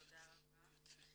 תודה רבה.